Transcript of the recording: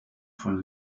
von